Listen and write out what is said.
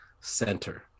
center